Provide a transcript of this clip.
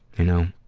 you know.